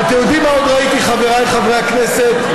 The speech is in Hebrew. ואתם יודעים מה עוד ראיתי, חבריי חברי הכנסת?